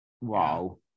Wow